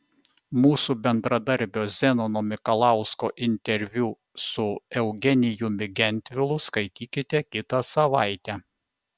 mūsų bendradarbio zenono mikalausko interviu su eugenijumi gentvilu skaitykite kitą savaitę